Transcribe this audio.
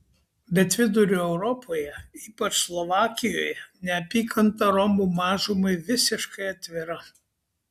bet vidurio europoje ypač slovakijoje neapykanta romų mažumai visiškai atvira